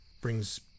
brings